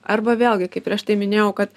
arba vėlgi kaip prieš tai minėjau kad